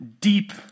deep